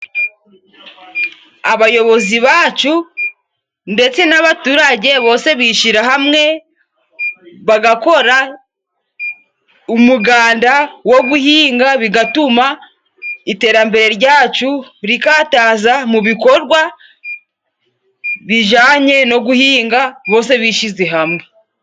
Abayobozi bacu ndetse n'abaturage bose bishira hamwe, bagakora umuganda wo guhinga bigatuma iterambere ryacu rikataza mu bikorwa bijanye no guhinga bose bishize hamwe.